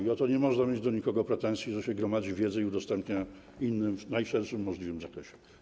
I o to nie można mieć do nikogo pretensji, że gromadzi się wiedzę i udostępnia ją innym w najszerszym możliwym zakresie.